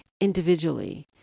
individually